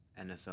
NFL